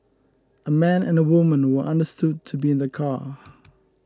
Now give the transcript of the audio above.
a man and a woman were understood to be in the car